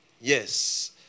yes